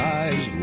eyes